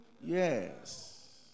Yes